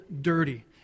dirty